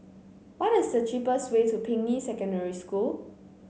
what is the cheapest way to Ping Yi Secondary School